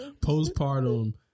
postpartum